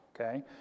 okay